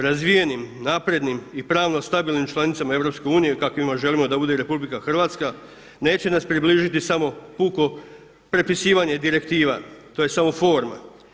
Razvijenim, naprednim i pravno stabilnim članicama EU kakvima želimo da bude i RH neće nas približiti samo puko prepisivanje direktiva, to je samo forma.